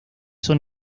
son